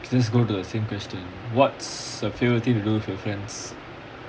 let's go to the same question what's a few thing to do with your friends